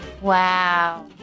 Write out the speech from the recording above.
Wow